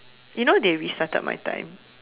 you know they restarted my time